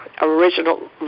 original